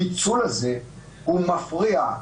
הפיצול הזה, הוא מפריע.